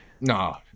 no